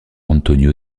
antonio